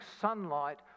sunlight